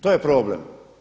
To je problem.